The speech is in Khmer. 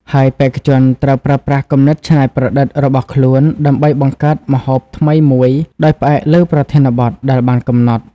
ហើយបេក្ខជនត្រូវប្រើប្រាស់គំនិតច្នៃប្រឌិតរបស់ខ្លួនដើម្បីបង្កើតម្ហូបថ្មីមួយដោយផ្អែកលើប្រធានបទដែលបានកំណត់។